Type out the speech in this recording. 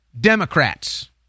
Democrats